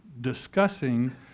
discussing